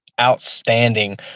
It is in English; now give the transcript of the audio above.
outstanding